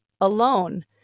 alone